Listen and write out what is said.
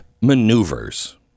maneuvers